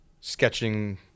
sketching